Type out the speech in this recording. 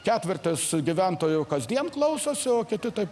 ketvertas gyventojų kasdien klausosi o kiti taip